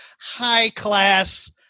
high-class